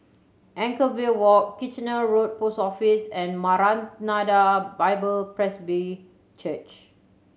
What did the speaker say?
Anchorvale Walk Kitchener Road Post Office and Maranatha Bible Presby Church